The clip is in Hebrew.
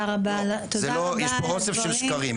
יש פה אוסף של שקרים.